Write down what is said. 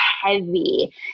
heavy